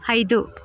ಐದು